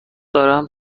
دارم